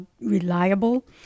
reliable